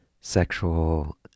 sexual